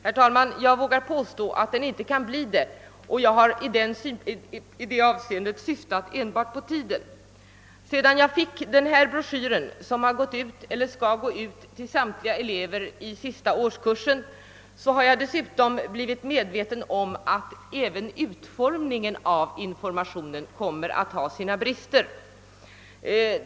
Herr talman, jag vågar påstå att den inte kan bli det och detta inte enbart med tanke på tiden. Sedan jag fick den här broschyren som gått ut eller skall gå ut till samtliga elever i sista årskursen har jag dessutom blivit medveten om att även utformningen av informationen kommer att ha sina brister.